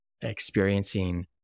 experiencing